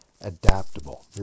adaptable